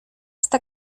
esta